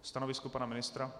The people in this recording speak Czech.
Stanovisko pana ministra?